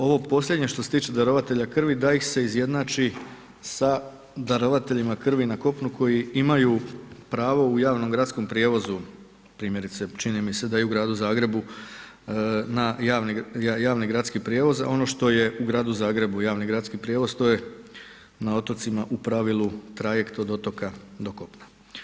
Ovo posljednje što se tiče darovatelja krvi da ih se izjednači sa darovateljima krvi na kopnu koji imaju pravo u javnom gradskom prijevozu primjerice čini mi se da i u gradu Zagrebu javni gradski prijevoz, ono što je u gradu Zagrebu javni gradski prijevoz, to je na otocima u pravilu trajekt od otoka do kopna.